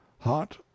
hot